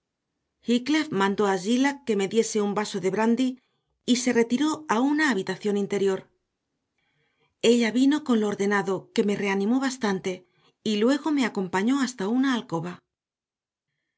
mandó a zillah que me diese un vaso de brandy y se retiró a una habitación interior ella vino con lo ordenado que me reanimó bastante y luego me acompañó hasta una alcoba